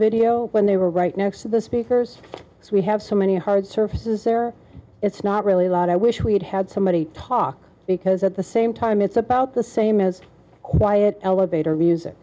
video when they were right next to the speakers so we have so many hard surfaces there it's not really loud i wish we'd had somebody talk because at the same time it's about the same as quiet elevator music